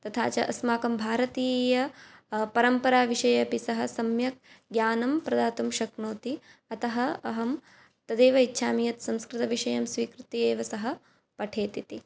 तथा च अस्माकं भारतीय परम्पराविषये अपि सः सम्यक् ज्ञानं प्रदातुं शक्नोति अतः अहं तदेव इच्छामि यत् संस्कृतविषयं स्वीकृत्य एव सः पठेत् इति